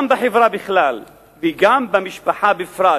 גם בחברה בכלל וגם במשפחה בפרט